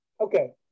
Okay